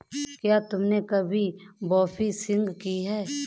क्या तुमने कभी बोफिशिंग की है?